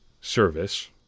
service